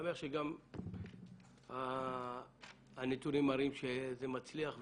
שמח שגם הנתונים מראים שזה מצליח ועובד.